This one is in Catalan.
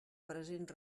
present